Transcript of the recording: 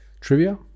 trivia